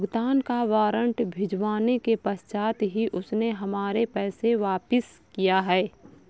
भुगतान का वारंट भिजवाने के पश्चात ही उसने हमारे पैसे वापिस किया हैं